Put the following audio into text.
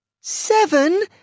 seven